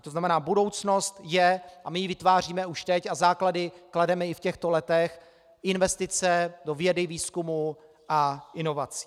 To znamená, budoucnost je a my ji vytváříme už teď a základy klademe i v těchto letech v investicích do vědy, výzkumu a inovací.